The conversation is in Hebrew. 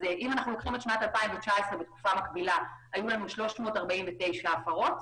אז ב-2019 בתקופה מקבילה היו 349 הפרות,